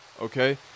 okay